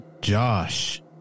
Josh